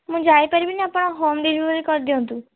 ମୁଁ ଯାଇପାରିବିନି ଆପଣ ହୋମ୍ ଡ଼େଲିଭରି କରିଦିଅନ୍ତୁ